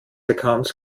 accounts